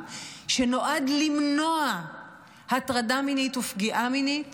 שנועד למנוע הטרדה מינית ופגיעה מינית